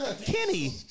Kenny